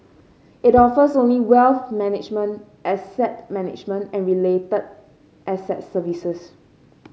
it offers only wealth management asset management and related asset services